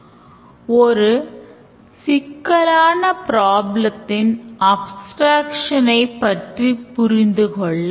வாடிக்கையாளர் பணத்தை எடுத்துக்கொள்கிறார் system பணத்தையும் card ஐ யும் வெளியேற்றுகிறது